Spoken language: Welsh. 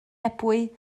ebwy